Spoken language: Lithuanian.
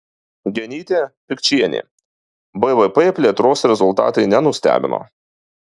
genytė pikčienė bvp plėtros rezultatai nenustebino